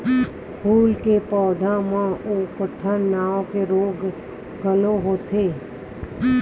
फूल के पउधा म उकठा नांव के रोग घलो होथे